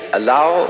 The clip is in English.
allow